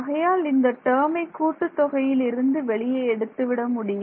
ஆகையால் இந்த டேர்மை கூட்டுத் தொகையில் இருந்து வெளியே எடுத்து விட முடியும்